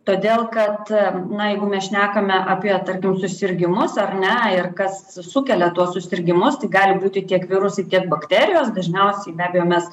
todėl kad na jeigu mes šnekame apie tarkim susirgimus ar ne ir kas sukelia tuos susirgimus tai gali būti tiek virusui tiek bakterijos dažniausiai be abejo mes